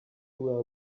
pool